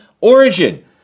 origin